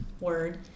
word